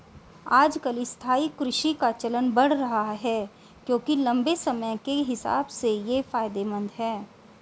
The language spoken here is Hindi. आजकल स्थायी कृषि का चलन बढ़ रहा है क्योंकि लम्बे समय के हिसाब से ये फायदेमंद है